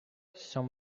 some